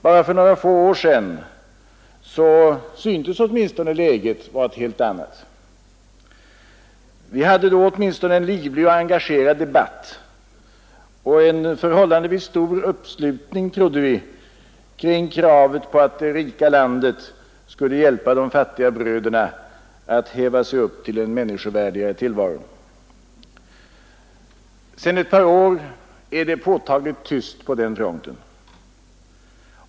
Bara för några få år sedan syntes läget vara ett helt annat. Vi hade då åtminstone en livlig och engagerad debatt och en förhållandevis stor uppslutning, trodde vi, kring kravet på att det rika landet skulle hjälpa de fattiga bröderna att häva sig upp till en människovärdigare tillvaro. Sedan ett par år är det påtagligt tyst på den fronten.